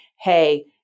hey